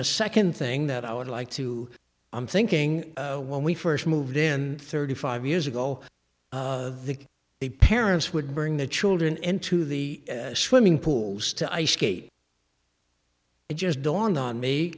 the second thing that i would like to i'm thinking when we first moved in thirty five years ago the the parents would bring the children into the swimming pools to ice skate it just dawned on me